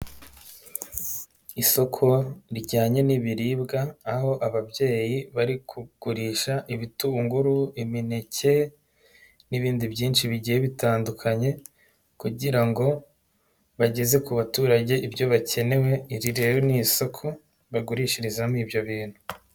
Isoko rijyanye n'ibiribwa. Aho ababyeyi bari kugurisha ibitunguru, imineke n'ibindi byinshi bigiye bitandukanye. Kugira ngo bageze ku baturage ibyo bakenewe. Iri rero ni isoko bagurishirizamo ibyo bintu.